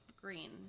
green